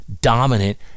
dominant